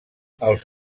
els